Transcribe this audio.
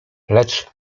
lecz